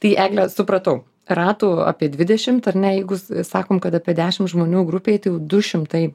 tai egle supratau ratų apie dvidešimt ar ne jeigu sakom kad apie dešimt žmonių grupėj tai jau du šimtai